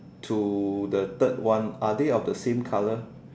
to the third one are they of the same colour